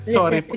sorry